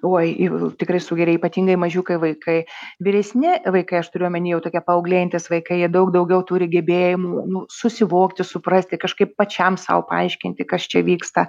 oj jau tikrai sugeria ypatingai mažiukai vaikai vyresni vaikai aš turiu omeny jau tokie paauglėjantys vaikai jie daug daugiau turi gebėjimų susivokti suprasti kažkaip pačiam sau paaiškinti kas čia vyksta